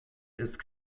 ist